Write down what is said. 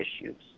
issues